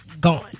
gone